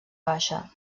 baixa